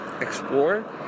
explore